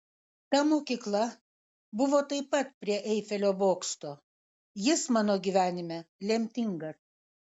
ta mokykla buvo taip pat prie eifelio bokšto jis mano gyvenime lemtingas